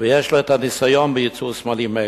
ויש לו את הניסיון בייצור סמלים אלה.